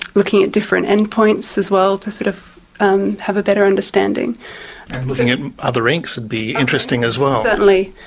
looking at different endpoints as well to sort of um have a better understanding. and looking at other inks would be interesting as well. certainly,